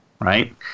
right